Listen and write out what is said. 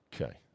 Okay